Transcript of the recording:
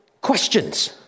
questions